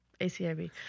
ACIB